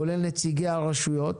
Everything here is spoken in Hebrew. כולל נציגי הרשויות,